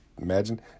imagine